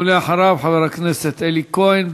ואחריו, חבר הכנסת אלי כהן.